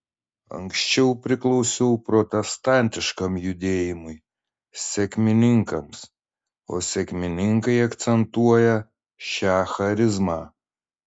anksčiau priklausiau protestantiškam judėjimui sekmininkams o sekmininkai akcentuoja šią charizmą